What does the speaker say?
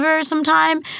sometime